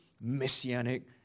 messianic